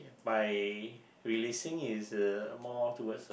by releasing is the more towards